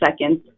seconds